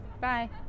bye